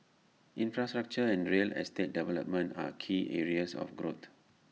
infrastructure and real estate development are key areas of growth